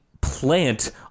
plant